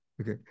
Okay